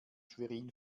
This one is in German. schwerin